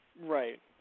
Right